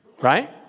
right